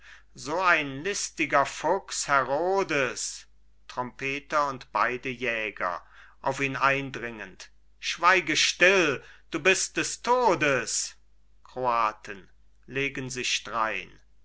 so ein listiger fuchs herodes trompeter und beide jäger auf ihn eindringend schweig stille du bist des todes kroaten legen sich drein